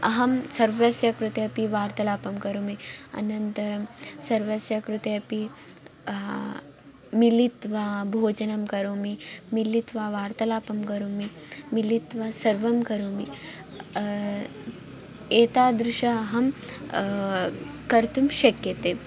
अहं सर्वस्य कृतेपि वार्तालापं करोमि अनन्तरं सर्वस्य कृते अपि मिलित्वा भोजनं करोमि मिलित्वा वार्तालापं करोमि मिलित्वा सर्वं करोमि एतादृशम् अहं कर्तुं शक्यते